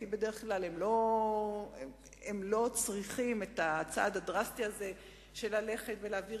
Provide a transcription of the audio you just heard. כי בדרך כלל הם לא צריכים את הצעד הדרסטי הזה של ללכת ולהעביר